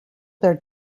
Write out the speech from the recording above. their